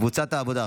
קבוצת סיעת העבודה,